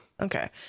okay